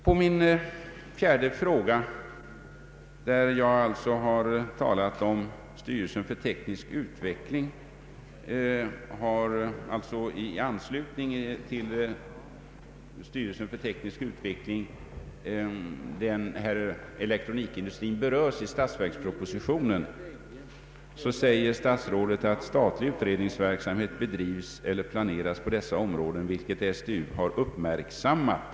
På min fjärde fråga, där jag talar om styrelsen för teknisk utveckling i anslutning till det avsnitt i statsverkspropositionen som tar upp elektroniken, svarar statsrådet att statlig utredningsverksamhet bedrivs eller planeras på dessa områden, vilket STU har uppmärksammat.